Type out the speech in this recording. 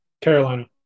Carolina